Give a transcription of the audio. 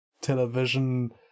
television